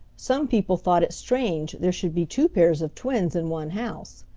some people thought it strange there should be two pairs of twins in one house,